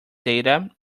data